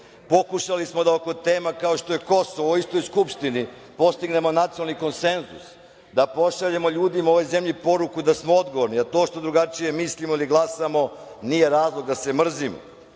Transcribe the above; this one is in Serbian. Pokušali smo da oko tema kao što je Kosovo u ovoj istoj Skupštini postignemo nacionalni konsenzus, da pošaljemo ljudima u ovoj zemlji poruku da smo odgovorni, da to što drugačije mislimo ili glasamo nije razlog da se